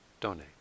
donate